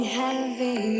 heavy